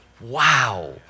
wow